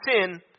sin